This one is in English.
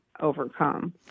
overcome